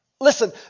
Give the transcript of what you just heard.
Listen